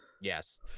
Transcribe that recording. Yes